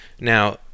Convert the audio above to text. Now